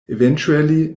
eventually